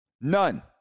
None